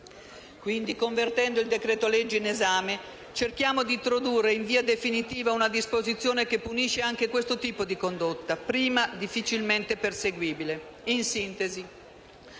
quindi, convertendo il decreto-legge in esame, cerchiamo di introdurre in via definitiva una disposizione che punisce anche questo tipo di condotta, prima difficilmente perseguibile. In sintesi,